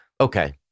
Okay